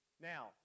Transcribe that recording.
Now